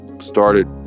started